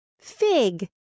fig